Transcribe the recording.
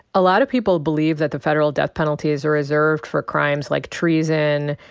a lot of people believe that the federal death penalty is reserved for crimes like treason,